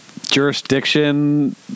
Jurisdiction